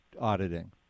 auditing